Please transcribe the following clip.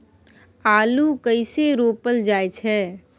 आलू कइसे रोपल जाय छै?